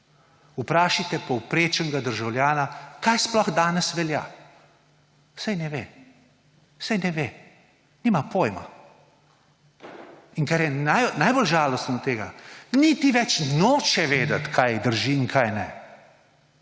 Vprašajte povprečnega državljana, kaj sploh danes velja. Saj ne ve, saj ne ve, nima pojma. In kar je najbolj žalostno, niti več noče vedeti, kaj drži in kaj ne.